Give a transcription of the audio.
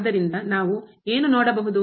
ಆದ್ದರಿಂದ ನಾವು ಏನು ನೋಡಬಹುದು